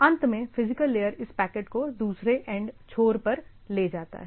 अंत में physical layer इस पैकेट को दूसरे एंड छोर पर ले जाता है